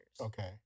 Okay